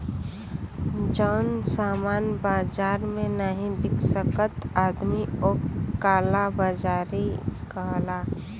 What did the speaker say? जौन सामान बाजार मे नाही बिक सकत आदमी ओक काला बाजारी कहला